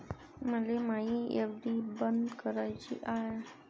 मले मायी एफ.डी बंद कराची हाय